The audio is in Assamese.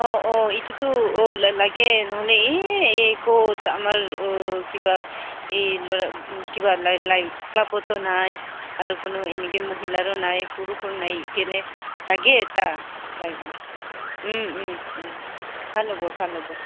অঁ অঁ এইটোতো অঁ লাগে নহ'লে এই এই ক'ত আমাৰ অঁ কিবা এই ল'ৰা কিবা ক্লাবতো নাই আৰু কোনো এনেকৈ মহিলাৰো নাই পুৰুষৰো নাই কেনে লাগে এটা লাইব্ৰেৰী ভাল হ'ব ভাল হ'ব